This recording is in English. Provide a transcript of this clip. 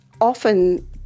often